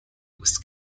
was